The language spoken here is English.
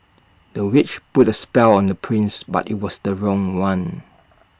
the witch put A spell on the prince but IT was the wrong one